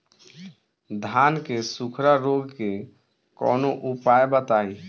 धान के सुखड़ा रोग के कौनोउपाय बताई?